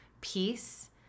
peace